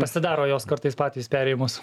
pasidaro jos kartais patys perėjimus